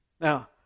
Now